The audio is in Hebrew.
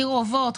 עיר אובות,